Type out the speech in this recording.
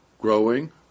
growing